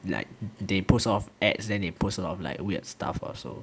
like they post a lot of ads then they post a lot of like weird stuff also